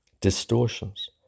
distortions